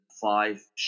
five